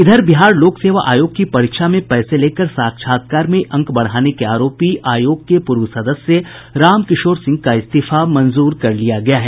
इधर बिहार लोक सेवा आयोग की परीक्षा में पैसे लेकर साक्षात्कार में अंक बढ़ाने के आरोपी आयोग के सदस्य रामकिशोर सिंह का इस्तीफा मंजूर कर लिया गया है